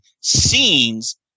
scenes